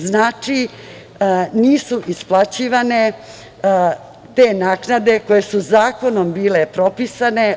Znači, nisu isplaćivane te naknade koje su zakonom bile propisane.